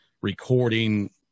recording